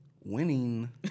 winning